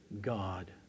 God